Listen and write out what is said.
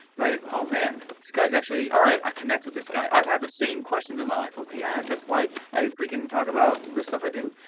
oh man, this guys actually all right. i connect with this guy. i've had the same questions in my life. yeah that's why i freaking and talk about the stuff i do.